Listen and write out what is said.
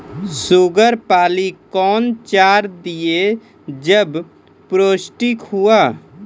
Sugar पाली कौन चार दिय जब पोस्टिक हुआ?